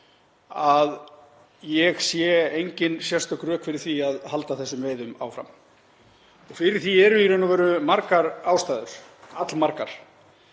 að ég sé engin sérstök rök fyrir því að halda þessum veiðum áfram. Fyrir því eru í raun og veru margar ástæður, allmargar.